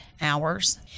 hours